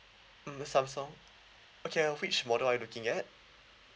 mm the samsung okay uh which model are you looking at